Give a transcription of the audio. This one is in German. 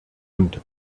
und